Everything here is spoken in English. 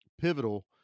pivotal